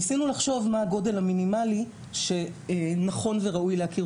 ניסינו לחשוב מה הגודל המינימלי שנכון וראוי להכיר